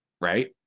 Right